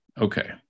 okay